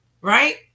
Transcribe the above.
right